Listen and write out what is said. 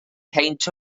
peint